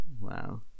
Wow